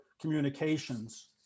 communications